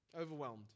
Overwhelmed